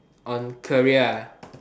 on career ah